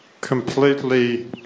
completely